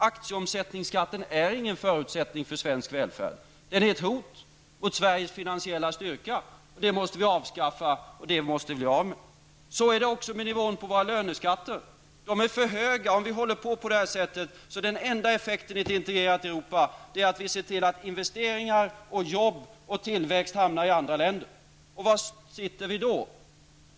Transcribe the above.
Aktieomsättningsskatten är ingen förutsättning för svensk välfärd. Den är ett hot mot Sveriges finansiella styrka. Och det måste vi avskaffa. Så är det också med nivån på våra löneskatter. De är för höga. Om vi håller på på detta sätt är den enda effekten i ett integrerat Europa att vi ser till att investeringar, jobb och tillväxt hamnar i andra länder. Var sitter vi då?